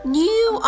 new